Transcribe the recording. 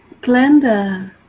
glenda